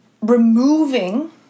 removing